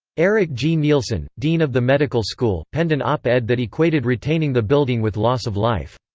eric g. neilson, dean of the medical school, penned an op-ed that equated retaining the building with loss of life.